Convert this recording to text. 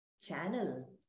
channel